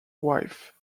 wife